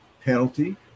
penalty